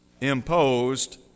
imposed